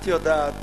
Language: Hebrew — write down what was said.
את יודעת